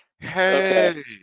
Hey